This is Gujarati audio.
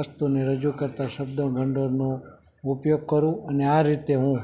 વસ્તુને રજૂ કરતા શબ્દભંડોળનો ઉપયોગ કરું અને આ રીતે હું